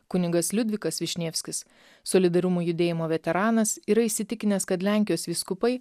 kunigas liudvikas višnevskis solidarumo judėjimo veteranas yra įsitikinęs kad lenkijos vyskupai